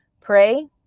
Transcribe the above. Pray